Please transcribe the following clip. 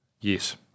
Yes